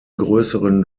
größeren